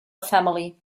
family